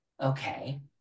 Okay